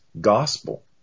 gospel